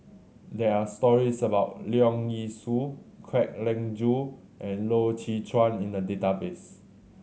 there are stories about Leong Yee Soo Kwek Leng Joo and Loy Chye Chuan in the database